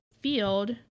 field